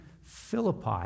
Philippi